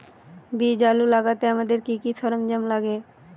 বীজ আলু লাগাতে আমাদের কি কি সরঞ্জাম লাগে?